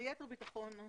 ליתר ביטחון,